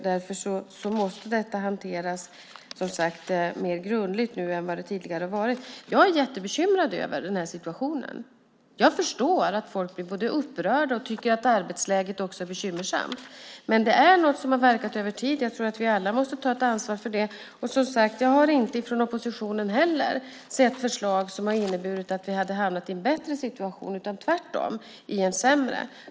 Därför måste detta hanteras mer grundligt nu än tidigare gjorts. Jag är jättebekymrad över den här situationen. Jag förstår att folk blir upprörda och tycker att arbetsläget är bekymmersamt. Men det är något som har verkat över tid. Jag tror att vi alla måste ta ett ansvar för det. Jag har inte från oppositionen heller sett förslag som hade inneburit att vi hade hamnat i en bättre situation, tvärtom i en sämre.